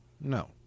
No